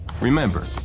Remember